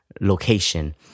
location